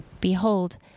Behold